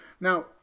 Now